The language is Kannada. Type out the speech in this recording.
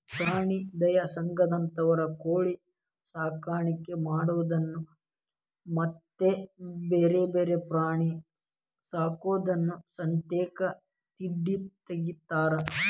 ಪ್ರಾಣಿ ದಯಾ ಸಂಘದಂತವರು ಕೋಳಿ ಸಾಕಾಣಿಕೆ ಮಾಡೋದನ್ನ ಮತ್ತ್ ಬ್ಯಾರೆ ಬ್ಯಾರೆ ಪ್ರಾಣಿ ಸಾಕೋದನ್ನ ಸತೇಕ ತಿಡ್ಡ ತಗಿತಾರ